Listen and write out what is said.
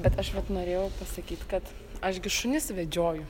bet aš vat norėjau pasakyt kad aš gi šunis vedžioju